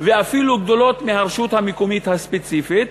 ואפילו גדולות מהרשות המקומית הספציפית,